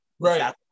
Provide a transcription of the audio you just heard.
right